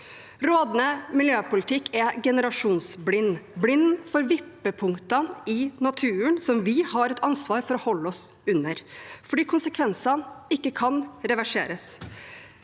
Rådende miljøpolitikk er generasjonsblind – blind for vippepunktene i naturen som vi har et ansvar for å holde oss under, fordi konsekvensene ikke kan reverseres.